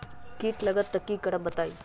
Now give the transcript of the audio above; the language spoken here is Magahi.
कीट लगत त क करब बताई?